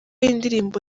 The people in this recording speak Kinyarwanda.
y’indirimbo